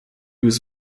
was